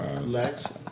Lex